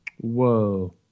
Whoa